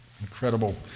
incredible